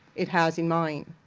it has in mine.